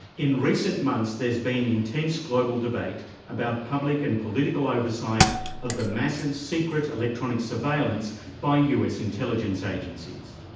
in recent months there's been intense global debate about public and political oversight of the massive secret electronic surveillance by us intelligence agencies.